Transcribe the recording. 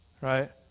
right